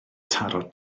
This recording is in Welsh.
taro